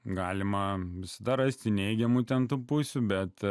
galima visada rasti neigiamų ten tų pusių bet